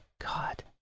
God